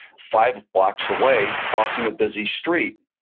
five blocks away crossing a busy street,